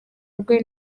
rwe